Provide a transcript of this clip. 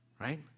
Right